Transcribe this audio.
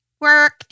Work